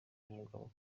umugabo